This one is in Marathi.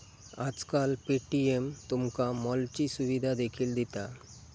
आजकाल पे.टी.एम तुमका मॉलची सुविधा देखील दिता